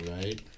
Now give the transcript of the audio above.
right